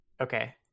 Okay